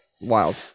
wild